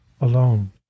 alone